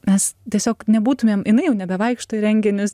mes tiesiog nebūtumėm jinai jau nebevaikšto į renginius